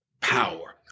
power